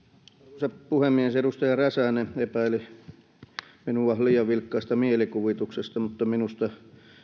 arvoisa puhemies edustaja räsänen epäili minua liian vilkkaasta mielikuvituksesta mutta minusta